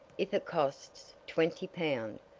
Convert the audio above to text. if it costs twenty pound!